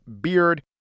beard